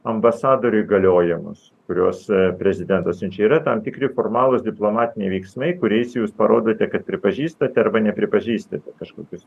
ambasadorių įgaliojimus kuriuos prezidentas siunčia yra tam tikri formalūs diplomatiniai veiksmai kuriais jūs parodote kad pripažįstate arba nepripažįstate kažkokius